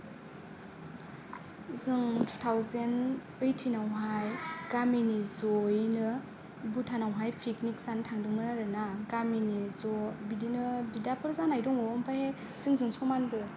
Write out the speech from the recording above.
जों थुथावजेण्ड ओइटथिन आवहाय गामिनि ज'यैनो भुटानावहाय फिकनिक जानो थांदोंमोन आरोना गामिनि ज' बिदिनो बिदाफोर जानाय दङ ओमफ्राय जोंजों समानबो